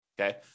Okay